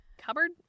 cupboard